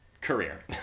career